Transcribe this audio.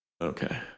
Okay